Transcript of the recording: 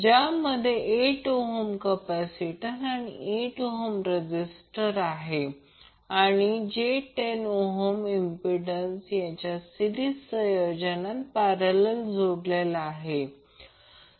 ज्यामध्ये 8 ohm capacitor आणि 8 ohm resistance आणि j10 ohm इम्पिडन्स यांच्या सिरिस संयोजनात पॅरलल जोडलेला आहे